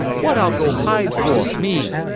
what ah'll go hide for, me?